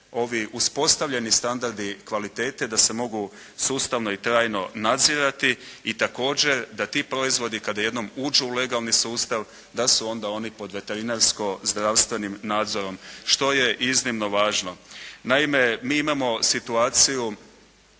ovi uspostavljeni standardi kvaliteti da se mogu sustavno i trajno nadzirati i također da ti proizvodi kada jednom uđu u legalni sustav, da su onda oni pod veterinarsko-zdravstvenim nadzorom, što je iznimno važno. Naime, mi imamo situaciju,